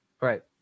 right